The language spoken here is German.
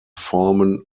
formen